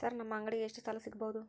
Sir ನಮ್ಮ ಅಂಗಡಿಗೆ ಎಷ್ಟು ಸಾಲ ಸಿಗಬಹುದು?